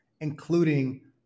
including